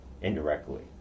indirectly